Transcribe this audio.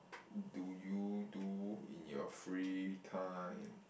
do you do in your free time